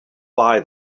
buy